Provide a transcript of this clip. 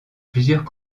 plusieurs